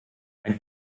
ein